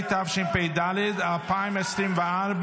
התשפ"ד 2024,